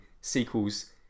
sequels